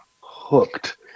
hooked